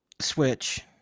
Switch